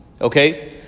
Okay